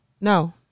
No